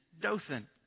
dothan